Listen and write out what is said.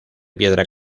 piedra